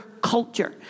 culture